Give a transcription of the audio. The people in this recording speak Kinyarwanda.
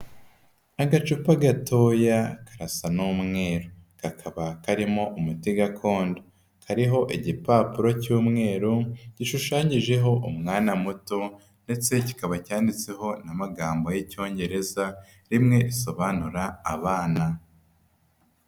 Agacupa gatoya karasa n'umweru, kakaba karimo umuti gakondo, kariho igipapuro cy'umweru gishushanyijeho umwana muto ndetse kikaba cyanditseho n'amagambo y'Icyongereza rimwe risobanura abana.